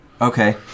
Okay